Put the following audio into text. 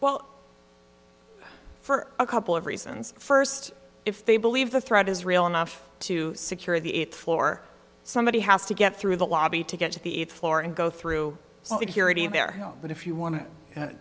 well for a couple of reasons first if they believe the threat is real enough to secure the eight floor somebody has to get through the lobby to get to the it floor and go through security there but if you want to